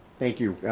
thank you,